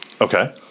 Okay